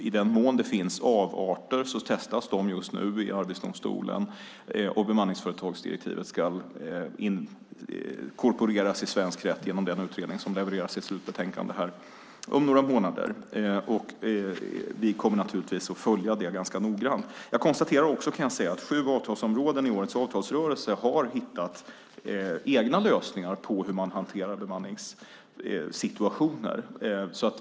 I den mån det finns avarter testas dessa just nu i Arbetsdomstolen, och bemanningsföretagsdirektivet ska inkorporeras i svensk rätt genom den utredning som levererar sitt slutbetänkande om några månader. Vi kommer naturligtvis att följa detta ganska noggrant. Jag konstaterar också att sju avtalsområden i årets avtalsrörelse har hittat egna lösningar på hur man hanterar bemanningssituationer.